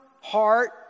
heart